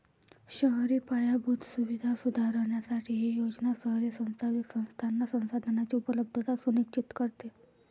शहरी पायाभूत सुविधा सुधारण्यासाठी ही योजना शहरी स्थानिक संस्थांना संसाधनांची उपलब्धता सुनिश्चित करते